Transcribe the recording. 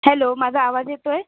hello माझा आवाज येतो आहे